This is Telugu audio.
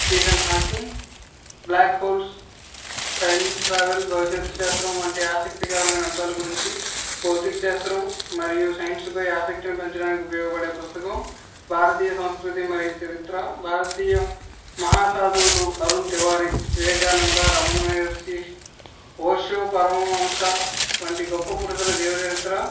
Steven Hawking black holes time travel భవిష్యత్తు శాస్త్రం వంటి ఆసక్తికరమైన అంశాల గురించి భౌతిక శాస్త్రం మరియు సైన్స్పై ఆసక్తిని పెంచడానికి ఉపయోగపడే పుస్తకం భారతీయ సంస్కృతి మరియు చరిత్ర భారతీయ మహా సాధువులు అరుణ్ తివారీ వివేకానంద రమణ మహర్షి ఓషో పరమ హంస వంటి గొప్ప పురుషుల జీవిత చరిత్ర